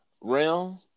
realm